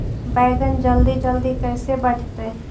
बैगन जल्दी जल्दी कैसे बढ़तै?